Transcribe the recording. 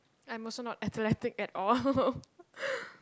I'm also not athletic at all